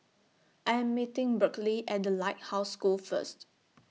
I Am meeting Berkley At The Lighthouse School First